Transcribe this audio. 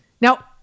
now